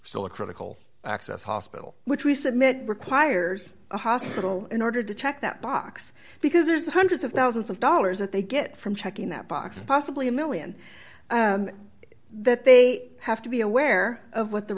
still a critical access hospital which we submit requires a hospital in order to check that box because there's hundreds of thousands of dollars that they get from checking that box possibly a one million and that they have to be aware of what the